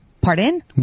Pardon